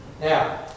now